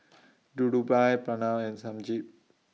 Dhirubhai Pranav and Sanjeev